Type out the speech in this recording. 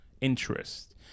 interest